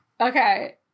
okay